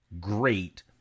Great